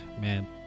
man